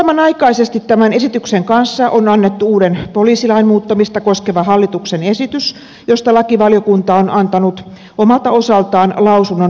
samanaikaisesti tämän esityksen kanssa on annettu uuden poliisilain muuttamista koskeva hallituksen esitys josta lakivaliokunta on antanut omalta osaltaan lausunnon hallintovaliokunnalle